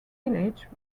village